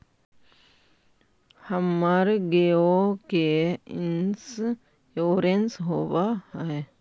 हमर गेयो के इंश्योरेंस होव है?